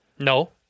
No